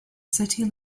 city